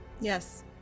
yes